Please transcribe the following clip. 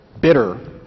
bitter